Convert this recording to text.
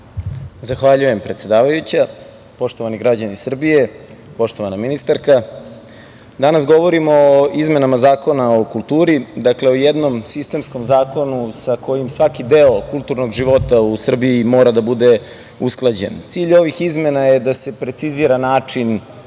Zahvaljujem. Poštovani građani Srbije, poštovana ministarka, danas govorimo o izmenama Zakona o kulturi, o jednom sistemskom zakonu sa kojim svaki deo kulturnog života u Srbiji mora da bude usklađen. Cilj ovih izmena je da se precizira način